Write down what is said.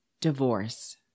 divorce